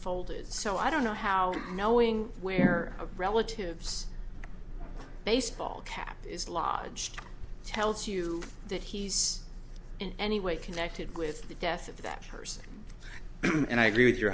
folded so i don't know how knowing where a relative's baseball cap is lodged tells you that he's in any way connected with the death of that person and i agree with your